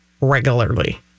regularly